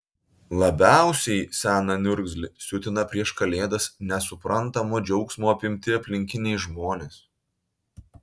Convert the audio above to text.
labiausiai seną niurzglį siutina prieš kalėdas nesuprantamo džiaugsmo apimti aplinkiniai žmonės